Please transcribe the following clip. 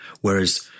Whereas